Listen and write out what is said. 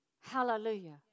Hallelujah